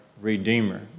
Redeemer